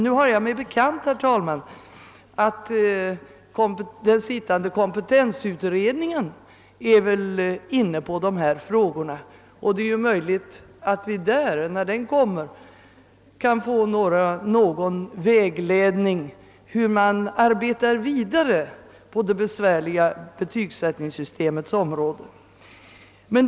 Nu har jag mig bekant att den sittande kompetensutredningen sysslar med dessa frågor. När utredningen är färdig med sitt arbete kanske vi kan få någon vägledning beträffande den fortsatta utvecklingen på det besvärliga betygsättningsområdet.